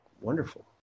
wonderful